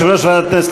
אם מאלימות מינית.